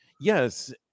Yes